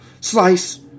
Slice